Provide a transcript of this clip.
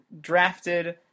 drafted